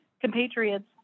compatriots